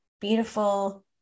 beautiful